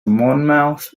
monmouth